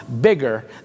bigger